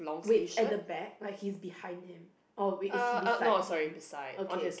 wait at the back like he's behind him or is he beside him okay